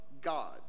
God